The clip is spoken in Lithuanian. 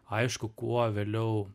aišku kuo vėliau